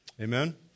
Amen